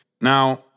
Now